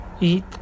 eat